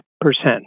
percent